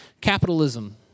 Capitalism